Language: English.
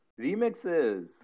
remixes